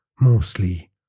mostly